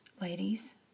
ladies